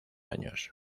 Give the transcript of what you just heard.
años